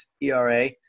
ERA